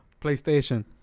PlayStation